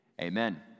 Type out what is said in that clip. Amen